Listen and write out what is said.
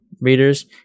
readers